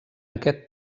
aquest